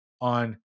on